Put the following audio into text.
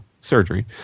surgery